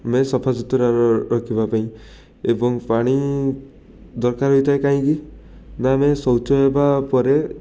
ମେ ସଫାସୁତୁରାର ରଖିବାପାଇଁ ଏବଂ ପାଣି ଦରକାର ହୋଇଥାଏ କାହିଁକିନା ଆମେ ଶୌଚ ହେବାପରେ